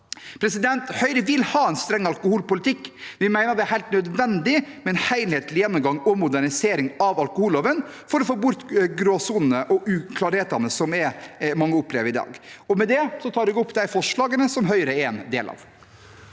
råvarer. Høyre vil ha en streng alkoholpolitikk, men vi mener det er helt nødvendig med en helhetlig gjennomgang og modernisering av alkoholloven for å få bort gråsonene og uklarhetene som mange opplever i dag. Med det tar jeg opp de forslagene som Høyre står bak.